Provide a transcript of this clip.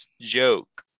joke